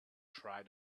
try